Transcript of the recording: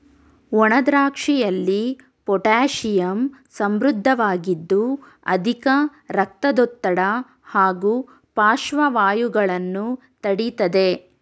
ಒಣದ್ರಾಕ್ಷಿಯಲ್ಲಿ potassium ಸಮೃದ್ಧವಾಗಿದ್ದು ಅಧಿಕ ರಕ್ತದೊತ್ತಡ ಹಾಗೂ ಪಾರ್ಶ್ವವಾಯುಗಳನ್ನು ತಡಿತದೆ